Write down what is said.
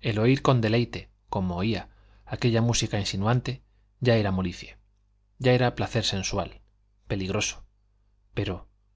el oír con deleite como oía aquella música insinuante ya era molicie ya era placer sensual peligroso pero